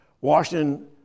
Washington